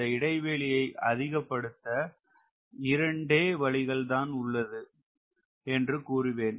இந்த இடைவெளியை அதிகப்படுத்த இரண்டே வழிகள் தான் உள்ளது என்று கூறுவேன்